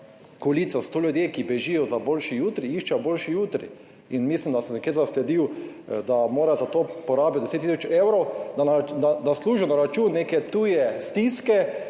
koalicija, so to ljudje, ki bežijo za boljši jutri, iščejo boljši jutri in mislim, da sem nekje zasledil, da mora za to porabiti 10 tisoč evrov, da služijo na račun neke tuje stiske,